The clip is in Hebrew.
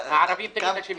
הערבים תמיד אשמים.